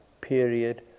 period